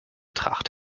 tracht